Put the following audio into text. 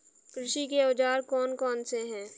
कृषि के औजार कौन कौन से हैं?